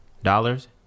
Dollars